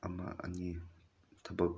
ꯑꯃ ꯑꯅꯤ ꯊꯕꯛ